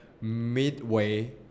midway